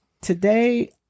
Today